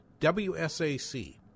WSAC